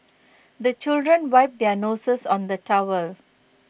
the children wipe their noses on the towel